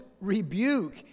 rebuke